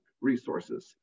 resources